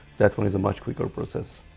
that one is a much quicker process